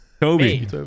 Toby